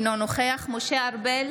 אינו נוכח משה ארבל,